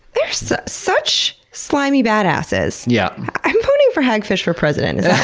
there's such slimy bad asses. yeah i'm voting for hagfish for president, is